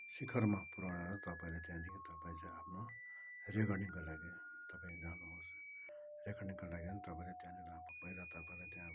शिखरमा पुऱ्याएर तपाईँले त्यहाँदेखि तपाईँ चाहिँ आफ्नो रेकर्डिङको लागि तपाईँ जानुहोस् रेकर्डिङको लागि नै तपाईँले त्यहाँनिर अब पहिला तपाईँलाई त्यहाँ अब